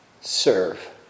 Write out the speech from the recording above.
serve